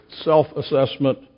self-assessment